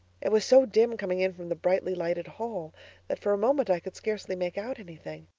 it was so dim coming in from the brightly lighted hall that for a moment i could scarcely make out anything